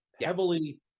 heavily